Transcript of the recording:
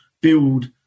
build